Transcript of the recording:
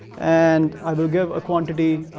and i will give a quantity,